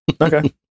okay